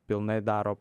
pilnai daro